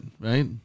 right